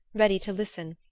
ready to listen,